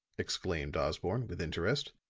exclaimed osborne, with interest.